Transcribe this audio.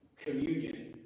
communion